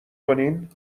کنین